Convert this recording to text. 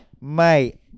mate